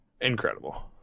Incredible